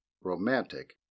romantic